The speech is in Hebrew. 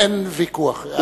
אין ויכוח.